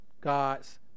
God's